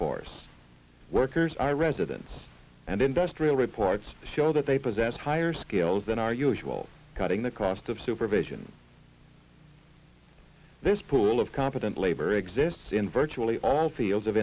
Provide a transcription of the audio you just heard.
force workers are residents and industrial reports show that they possess higher skills than our usual cutting the cost of supervision this pool of competent labor exists in virtually all fields of